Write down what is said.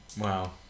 Wow